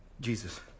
Jesus